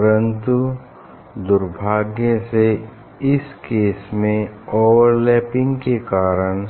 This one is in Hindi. परन्तु दुर्भाग्य से इस केस में ओवरलैपिंग के कारण